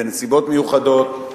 בנסיבות מיוחדות,